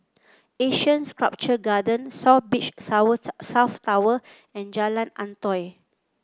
Asean Sculpture Garden South Beach Tower South Tower and Jalan Antoi